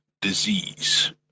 Disease